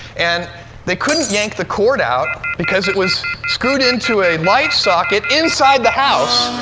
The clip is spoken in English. and they couldn't yank the cord out because it was screwed into a light socket inside the house.